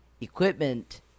equipment